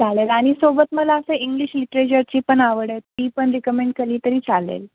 चालेल आणि सोबत मला असं इंग्लिश लिट्रेचरची पण आवड आहे ती पण रिकमेंड केली तरी चालेल